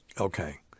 Okay